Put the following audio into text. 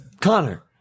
Connor